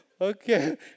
Okay